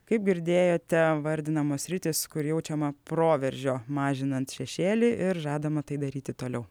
kaip girdėjote vardinamos sritys kur jaučiama proveržio mažinant šešėlį ir žadama tai daryti toliau